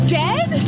dead